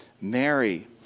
Mary